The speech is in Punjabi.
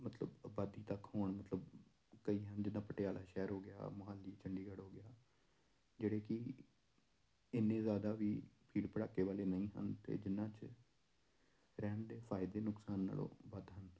ਮਤਲਬ ਆਬਾਦੀ ਤੱਕ ਹੋਣ ਮਤਲਬ ਕਈ ਹਨ ਜਿੱਦਾਂ ਪਟਿਆਲਾ ਸ਼ਹਿਰ ਹੋ ਗਿਆ ਮੋਹਾਲੀ ਚੰਡੀਗੜ੍ਹ ਹੋ ਗਿਆ ਜਿਹੜੇ ਕਿ ਇੰਨੇ ਜ਼ਿਆਦਾ ਵੀ ਭੀੜ ਭੜੱਕੇ ਵਾਲੇ ਨਹੀਂ ਹਨ ਅਤੇ ਜਿਹਨਾਂ 'ਚ ਰਹਿਣ ਦੇ ਫ਼ਾਇਦੇ ਨੁਕਸਾਨ ਨਾਲੋਂ ਵੱਧ ਹਨ